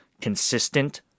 consistent